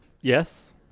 Yes